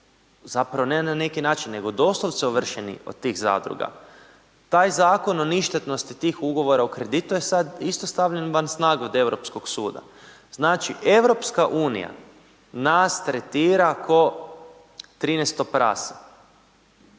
zapravo ne neki način nego doslovce ovršeni od tih zadruga, taj zakon o ništetnosti tih ugovora o kreditu to je isto sad stavljeno van od Europskog suda. Znači EU nas tretira ko 13 prase